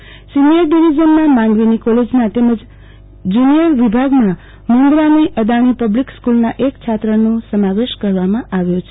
તદઉપરાંત સિનિયર ડીવીઝનમાં માંડવીની કોલેજના એક તેમજ જૂનિયર વિ ભાગમાં મુદરાની અદાણી પબ્લીક સ્કુલના એક છાત્રનો સમાવેશ કરાવામાં આવ્યો છે